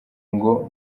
ngo